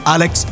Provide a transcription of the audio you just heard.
Alex